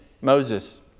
Moses